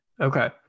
Okay